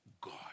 God